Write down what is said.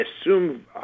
assume